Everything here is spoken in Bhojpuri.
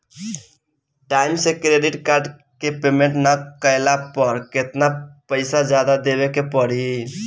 टाइम से क्रेडिट कार्ड के पेमेंट ना कैला पर केतना पईसा जादे देवे के पड़ी?